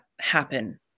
happen